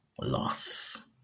loss